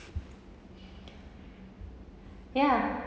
ya